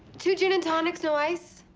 two gin and tonics, no ice.